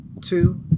Two